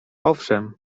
owszem